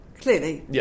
clearly